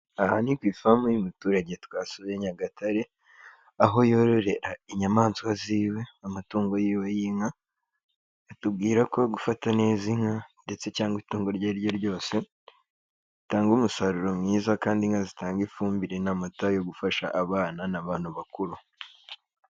Aha ni ku ifamu y'umuturage twasuye Nyagatare aho yororera inyamaswa ziwe, amatungo yiwe y'inka atubwira ko gufata neza inka ndetse cyangwa itungo iryo ariryo ryose ritanga umusaruro mwiza kandi zitanga ifumbire n'amata yo gufasha abana n'abantu bakuru.